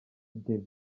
mbyino